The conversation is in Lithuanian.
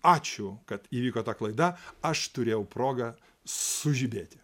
ačiū kad įvyko ta klaida aš turėjau progą sužibėti